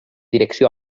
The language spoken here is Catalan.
direcció